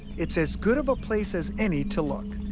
it's as good of a place as any to look.